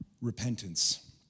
repentance